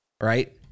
right